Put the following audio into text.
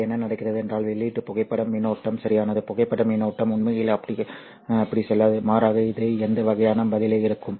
பின்னர் என்ன நடக்கிறது என்றால் வெளியீட்டு புகைப்பட மின்னோட்டம் சரியானது புகைப்பட மின்னோட்டம் உண்மையில் அப்படி செல்லாது மாறாக இது இந்த வகையான பதிலை எடுக்கும்